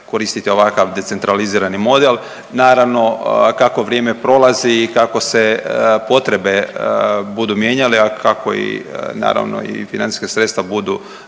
koristiti ovakav decentralizirani model. Naravno kako vrijeme prolazi i kako se potrebe budu mijenjale, a kako i naravno i financijska sredstva budu